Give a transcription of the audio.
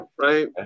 Right